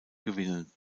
gewinnen